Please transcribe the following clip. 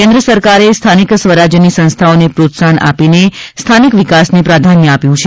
કેન્દ્ર સરકારે સ્થાનિક સ્વરાજ્યની સંસ્થાઓને પ્રોત્સાહન આપીને સ્થાનિક વિકાસને પ્રાધાન્ય આપ્યું છે